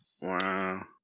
Wow